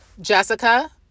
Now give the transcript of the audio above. Jessica